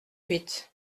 huit